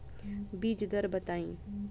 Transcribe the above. बीज दर बताई?